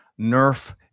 Nerf